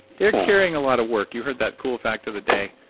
they're carrying a lot of work you heard that cool fact of the day,